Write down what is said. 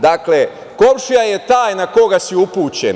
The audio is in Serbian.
Dakle, komšija je taj na koga si upućen.